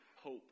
hope